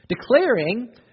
Declaring